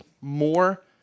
more